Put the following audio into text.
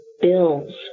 bills